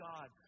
God